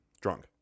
drunk